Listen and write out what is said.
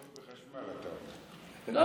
יחסוך בחשמל, אתה אומר.